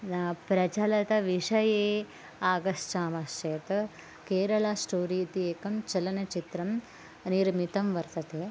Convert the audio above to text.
प्रचलितविषये आगच्छामः चेत् केरल स्टोरि इति एकं चलनचित्रं निर्मितं वर्तते